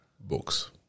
books